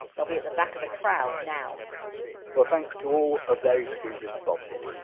there'll be at the back of a crowd now well thanks to all of those who responded